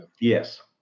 Yes